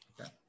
okay